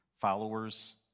followers